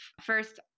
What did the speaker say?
First